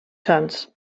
sants